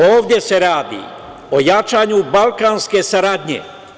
Ovde se radi o jačanju balkanske saradnje.